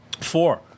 Four